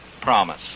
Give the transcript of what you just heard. promise